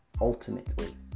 Ultimately